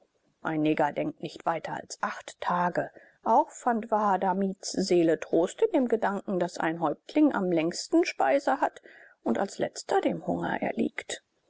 ein neger denkt nicht weiter als acht tage auch fand wahadamibs seele trost in dem gedanken daß ein häuptling am längsten speise hat und als letzter dem hunger erliegt